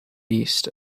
east